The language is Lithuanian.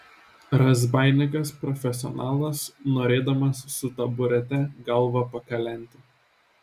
razbaininkas profesionalas norėdamas su taburete galvą pakalenti